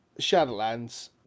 Shadowlands